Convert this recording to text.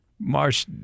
Marsh